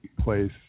place